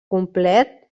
complet